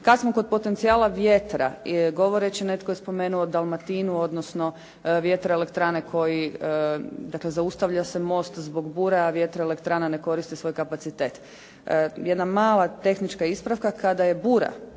Kada smo kod potencijala vjetra netko je spomenuo Dalmatinu odnosno vjetroelektrane koji zaustavlja se most zbog bure a vjetroelektrana ne koristi svoj kapacitet. Jedna mala tehnička ispravka, kada je bura